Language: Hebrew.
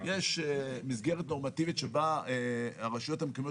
יש מסגרת נורמטיבית שבה הרשויות המקומיות